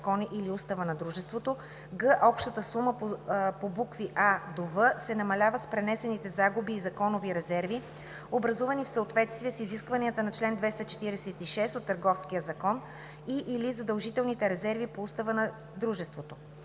общата сума по букви „а“-„в“ се намалява с пренесените загуби и законовите резерви, образувани в съответствие с изискванията на чл. 246 от Търговския закон и/или задължителните резерви по устава на дружеството;